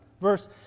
Verse